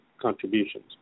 contributions